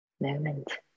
moment